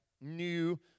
new